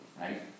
right